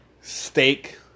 steak